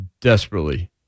desperately